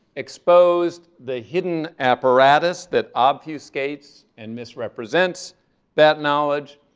exposed the hidden apparatus that obfuscates and misrepresents that knowledge,